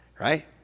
right